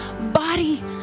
body